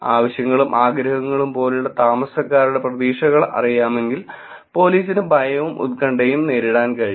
ആവശ്യങ്ങളും ആഗ്രഹങ്ങളും പോലുള്ള താമസക്കാരുടെ പ്രതീക്ഷകൾ അറിയാമെങ്കിൽ പോലീസിന് ഭയവും ഉത്കണ്ഠയും നേരിടാൻ കഴിയും